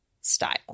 style